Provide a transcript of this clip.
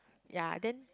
ya then